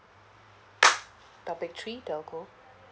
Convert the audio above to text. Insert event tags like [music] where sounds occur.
[noise] topic three telco